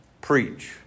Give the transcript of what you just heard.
preach